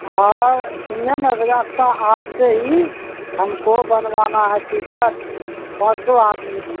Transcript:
اور سنیے نا باضابطہ آپ سے ہی ہم کو بنوانا ہے ٹکٹ پانچوں آدمی کا